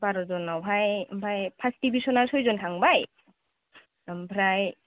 बार'जनावहाय ओमफाय फास्त डिभिसनाव सइजन थांबाय ओमफ्राय